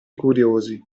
curiosi